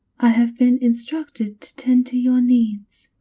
i have been instructed to tend to your needs,